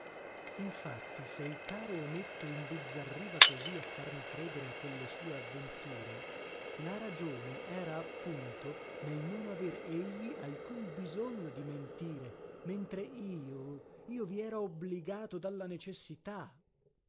infatti se il caro ometto imbizzarriva così a farmi credere a quelle sue avventure la ragione era appunto nel non aver egli alcun bisogno di mentire mentre io io vi ero obbligato dalla necessità